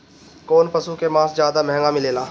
कौन पशु के मांस ज्यादा महंगा मिलेला?